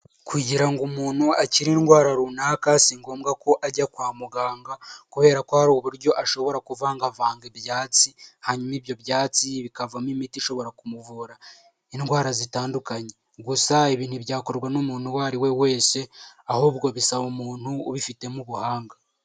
Kugira ngo umuntu akire indwara runaka si ngombwa ko ajya kwa muganga kubera ko hari uburyo ashobora kuvangavanga ibyatsi hanyuma ibyo byatsi bikavamo imiti ishobora kumuvura indwara zitandukanye gusa ibi ntibyakorwa n'umuntu uwo ari we wese ahubwo bisaba umuntu ubifitemo ubuhanga.